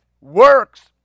works